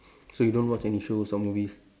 so you don't watch any shows or movies